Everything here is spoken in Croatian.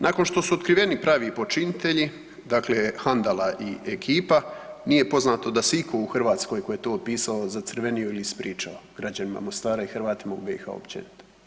Nakon što su otkriveni pravi počinitelji dakle Handala i ekipa nije poznato da se itko u Hrvatskoj tko je to pisao zacrvenio ili ispričao građanima Mostara i Hrvatima u BiH uopće.